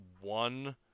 one